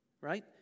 right